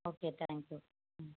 okay thank you ம்